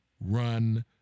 Run